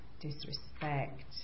disrespect